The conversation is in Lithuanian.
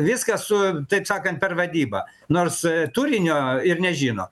viską su taip sakant per vadybą nors turinio ir nežino